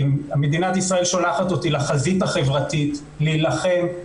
מדינת ישראל שולחת אותי לחזית החברתית, להילחם.